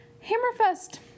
Hammerfest